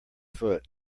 foot